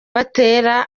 batera